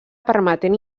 permetent